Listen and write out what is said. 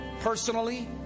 personally